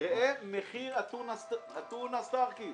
ראה מחיר הטונה "סטארקיסט".